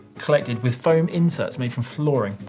collected with foam inserts made from flooring,